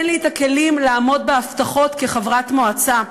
אין לי כלים לעמוד בהבטחות כחברת המועצה.